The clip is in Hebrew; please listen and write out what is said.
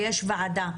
ויש ועדה.